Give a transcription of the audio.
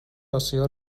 آسیا